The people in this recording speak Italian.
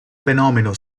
fenomeno